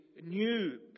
new